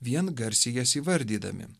vien garsiai jas įvardydami